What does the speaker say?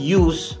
use